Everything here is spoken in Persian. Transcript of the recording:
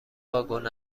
واگن